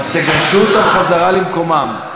אז תגרשו אותם חזרה למקומם.